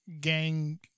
gang